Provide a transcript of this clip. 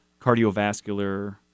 cardiovascular